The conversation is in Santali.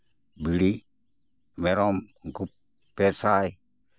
ᱵᱷᱤᱰᱤ ᱢᱮᱨᱚᱢ ᱩᱱᱠᱩ ᱯᱮᱥᱟᱭ